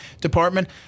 department